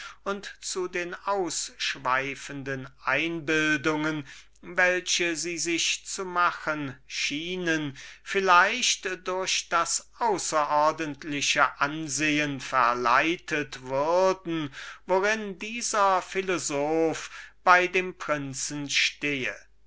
zu den ausschweifenden einbildungen welche sie sich zu machen schienen vielleicht durch das außerordentliche ansehen verleitet würden worin dieser philosoph bei dem prinzen stehe